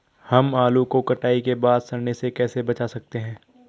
हम आलू को कटाई के बाद सड़ने से कैसे बचा सकते हैं?